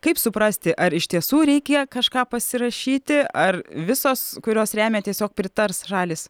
kaip suprasti ar iš tiesų reikėjo kažką pasirašyti ar visos kurios remia tiesiog pritars šalys